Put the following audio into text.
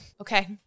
Okay